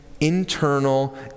internal